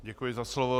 Děkuji za slovo.